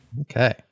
Okay